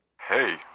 Hey